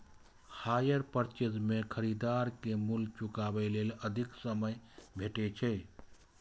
hire purchase मे खरीदार कें मूल्य चुकाबै लेल अधिक समय भेटै छै